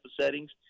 settings